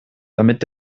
damit